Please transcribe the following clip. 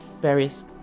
various